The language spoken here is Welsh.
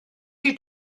wyt